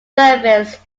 serviced